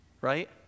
right